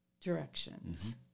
directions